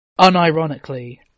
unironically